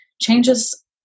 changes